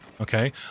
okay